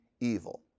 evil